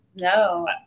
No